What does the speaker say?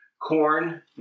corn